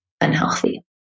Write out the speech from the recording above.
unhealthy